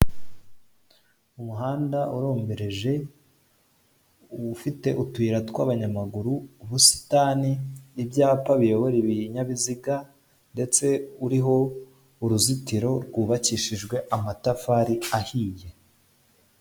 Umuhanda urombereje ufite utuyira tw'abanyamaguru ubusitani ibyapa biyobora ibinyabiziga ndetse uriho uruzitiro ruriho amatafari ahiye.